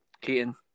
Keaton